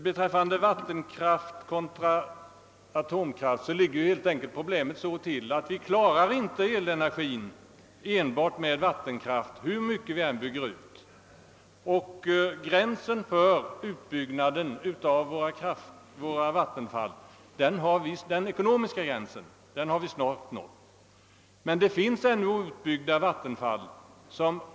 Beträffande vattenkraft kontra atomkraft ligger problemet helt enkelt så till att vi inte kan täcka behovet av elenergi enbart med vattenkraft hur mycket vi än bygger ut, och vi har snart nått gränsen för lönsam utbyggnad av våra vattenfall.